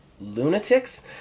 lunatics